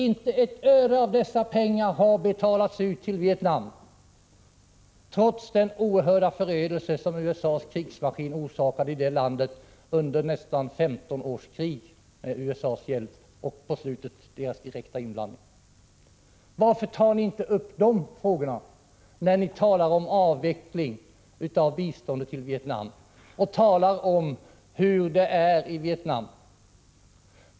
Inte ett öre av de pengarna har betalats ut till Vietnam, trots den oerhörda förödelse som USA:s krigsmaskin orsakat i det landet under nästan 15 års krig med USA:s hjälp och på slutet med USA:s direkta inblandning. Varför tar ni inte upp de frågorna, när ni talar om avveckling av biståndet till Vietnam och diskuterar hur det är i Vietnam?